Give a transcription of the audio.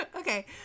Okay